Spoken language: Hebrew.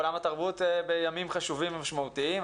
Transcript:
עולם התרבות בימים חשובים ומשמעותיים.